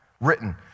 written